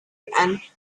and